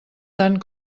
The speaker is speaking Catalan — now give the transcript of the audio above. tant